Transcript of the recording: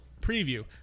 preview